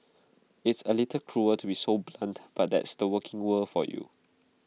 it's A little cruel to be so blunt but that's the working world for you